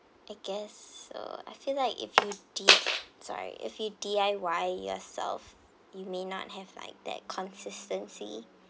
I guess so I feel like if you D sorry if you D_I_Y yourself you may not have like that consistency